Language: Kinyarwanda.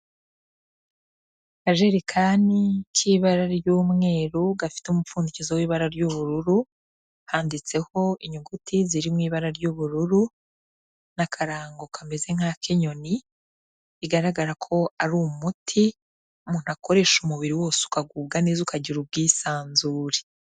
Akajerekani k'ibara ry'umweru gafite umupfundikizo w'ibara ry'ubururu. Handitseho inyuguti zirimo ibara ry'ubururu n'akarango kameze nk'ak'inyoni. Bigaragara ko ari umuti umuntu akoresha umubiri wose ukagubwa neza ukagira ubwisanzure.